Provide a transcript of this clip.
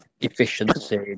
efficiency